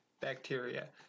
bacteria